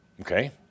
Okay